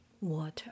water